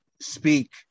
speak